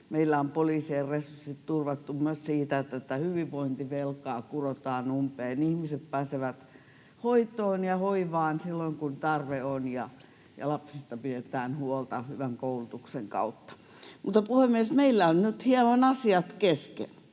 meillä on poliisien resurssit turvattu, myös siitä, että tätä hyvinvointivelkaa kurotaan umpeen, ihmiset pääsevät hoitoon ja hoivaan silloin, kun tarve on, ja lapsista pidetään huolta hyvän koulutuksen kautta. Mutta, puhemies, meillä on nyt hieman asiat kesken,